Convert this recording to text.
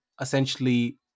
essentially